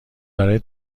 برای